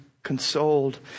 Consoled